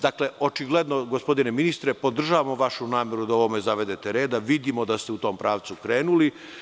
Dakle, očigledno, gospodine ministre, podržavamo vašu nameru da o ovome zavedete red, a vidimo da ste u tom pravcu krenuli.